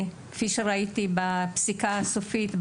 כפי שראיתי בפסיקה הסופית,